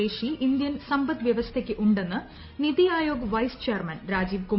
ശേഷി ഇന്ത്യൻ സമ്പദ്ദ്വ്യ്പ്പസ്ഥയ്ക്ക് ഉണ്ടെന്ന് നിതി ആയോഗ് ഗ്ലൈസ് ചെയർമാൻ രാജീവ് കുമാർ